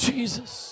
Jesus